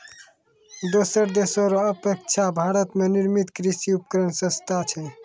दोसर देशो रो अपेक्षा भारत मे निर्मित कृर्षि उपकरण सस्ता छै